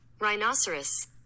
Rhinoceros